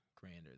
grander